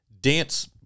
dance